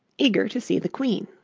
eager to see the queen.